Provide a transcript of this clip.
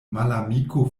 malamiko